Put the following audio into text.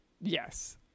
Yes